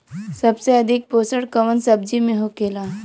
सबसे अधिक पोषण कवन सब्जी में होखेला?